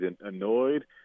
annoyed